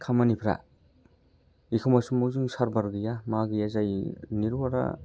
खामानिफ्रा एखमब्ला समाव जों सारभार गैया मा गैया जायो नेटवार्कआ